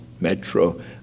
Metro